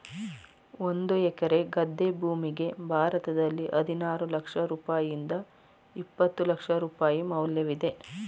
ಒಂದು ಎಕರೆ ಗದ್ದೆ ಭೂಮಿಗೆ ಭಾರತದಲ್ಲಿ ಹದಿನಾರು ಲಕ್ಷ ರೂಪಾಯಿಯಿಂದ ಇಪ್ಪತ್ತು ಲಕ್ಷ ರೂಪಾಯಿ ಮೌಲ್ಯವಿದೆ